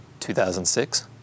2006